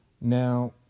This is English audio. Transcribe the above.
Now